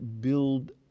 build